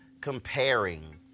comparing